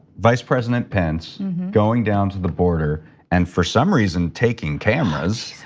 vice president pence going down to the border and, for some reason, taking cameras.